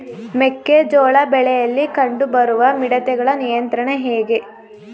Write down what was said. ಮೆಕ್ಕೆ ಜೋಳ ಬೆಳೆಯಲ್ಲಿ ಕಂಡು ಬರುವ ಮಿಡತೆಗಳ ನಿಯಂತ್ರಣ ಹೇಗೆ?